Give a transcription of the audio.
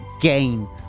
game